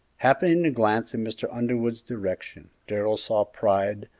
happening to glance in mr. underwood's direction darrell saw pride,